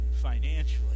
financially